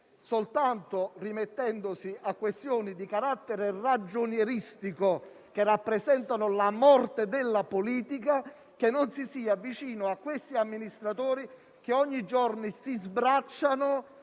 che, rimettendosi a questioni di mero carattere ragionieristico, che rappresentano la morte della politica, non si stia vicino a quegli amministratori che ogni giorno si sbracciano